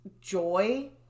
joy